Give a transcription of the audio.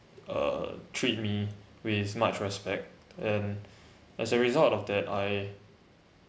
uh treat me with much respect and as a result of that I